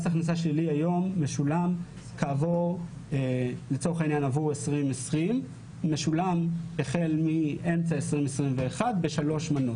היום מס הכנסה שלילי ל-2020 למשל משולם החל מאמצע 2021 בשלוש מנות.